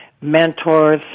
mentors